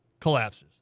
collapses